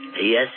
Yes